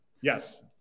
yes